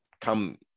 come